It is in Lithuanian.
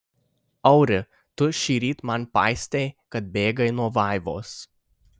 auri tu šįryt man paistei kad bėgai nuo vaivos